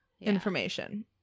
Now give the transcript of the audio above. information